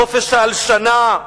חופש ההלשנה?